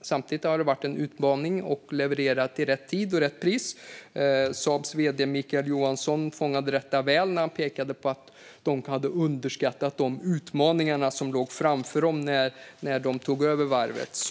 Samtidigt har det varit en utmaning att leverera i rätt tid och till rätt pris. Saabs vd Micael Johansson fångade detta väl när han pekade på att de hade underskattat de utmaningar som låg framför dem när de tog över varvet.